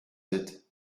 zit